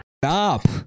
Stop